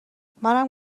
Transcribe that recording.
منم